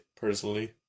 personally